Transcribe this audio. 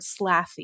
SLATHY